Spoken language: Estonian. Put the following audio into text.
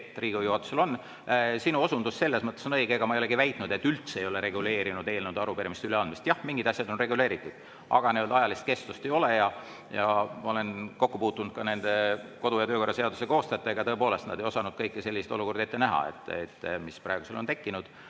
[see õigus]. Sinu osundus selles mõttes on õige, ega ma ei olegi väitnud, et üldse ei ole reguleeritud eelnõude ja arupärimiste üleandmist. Jah, mingid asjad on reguleeritud, aga ajalist kestust ei ole. Ma olen kokku puutunud ka kodu- ja töökorra seaduse koostajatega. Tõepoolest, nad ei osanud kõiki selliseid olukordi ette näha, mis praegu on tekkinud,